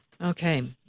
okay